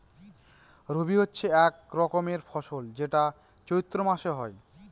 রবি হচ্ছে এক রকমের ফসল যেটা চৈত্র মাসে হয়